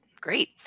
great